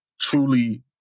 truly